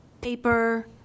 paper